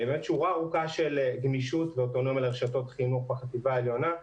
שורה ארוכה של גמישות ואוטונומיה לרשתות חינוך בחטיבה העליונה.